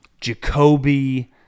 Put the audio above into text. Jacoby